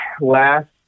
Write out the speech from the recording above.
last